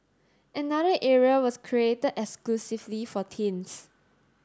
another area was created exclusively for teens